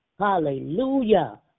Hallelujah